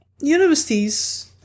universities